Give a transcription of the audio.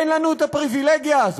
אין לנו את הפריבילגיה הזו.